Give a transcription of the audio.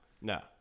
no